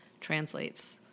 translates